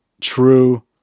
true